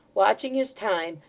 watching his time,